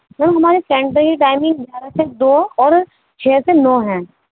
میم ہمارے سنٹر کی ٹائمنگ گیارہ سے دو اور چھ سے نو ہے